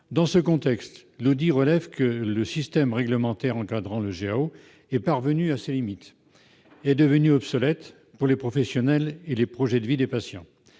Dans ce contexte, l'audit relève que le système réglementaire encadrant le GAO est parvenu à ses limites. Il est devenu obsolète pour les professionnels et pour les projets de vie des patients.